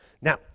Now